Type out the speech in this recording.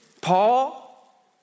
Paul